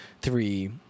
three